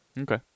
Okay